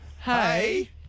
Hey